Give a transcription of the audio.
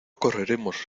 correremos